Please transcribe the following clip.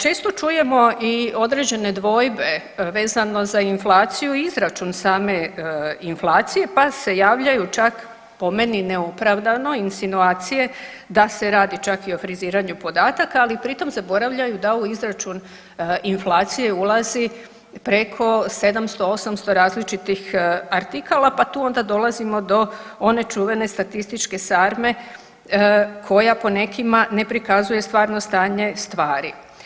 Često čujemo i određene dvojbe vezano za inflaciju i izračun same inflacije pa se javljaju čak po meni neopravdano insinuacije da se radi čak i o friziranju podataka, ali pritom zaboravljaju da u ovaj izračun inflacije ulazi preko 700, 800 različitih artikala, pa tu onda dolazimo do one čuvene statističke sarme koja po nekima ne prikazuje stvarno stanje stvari.